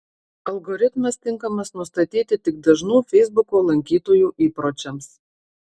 algoritmas tinkamas nustatyti tik dažnų feisbuko lankytojų įpročiams